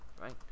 Right